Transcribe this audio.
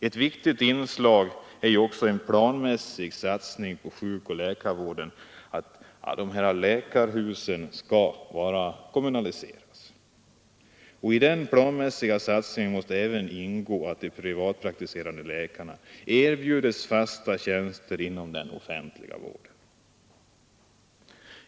Ett viktigt inslag i denna politik är också en planmässig satsning på sjukoch läkarvården som innebär att läkarhusen kommunaliseras. I denna planmässiga satsning måste även ingå att de privatpraktiserande läkarna erbjuds fasta tjänster inom den offentliga vården.